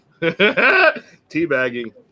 Teabagging